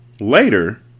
Later